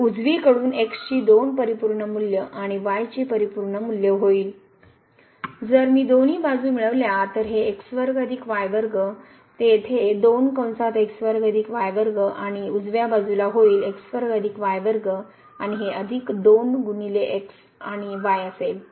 तर उजवीकडून x ची 2 परिपूर्ण मूल्य आणि y ची परिपूर्ण मूल्य होईल जर मी दोन्ही बाजू मिळवल्या तर हे तर ते येथे आणि उजव्या बाजूला होईल आणि हे अधिक 2 पट x आणि y असेल